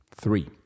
Three